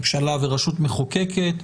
ממשלה ורשות מחוקקת,